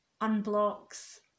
unblocks